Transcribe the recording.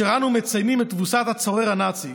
כאשר אנו מציינים את תבוסת הצורר הנאצי,